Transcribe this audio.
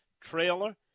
trailer